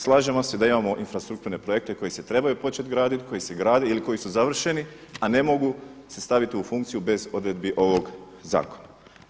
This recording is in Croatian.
Slažemo se da imamo infrastrukturne projekte koji se trebaju početi graditi, koji se grade ili koji su završeni, a ne mogu se staviti u funkciju bez odredbi ovog zakona.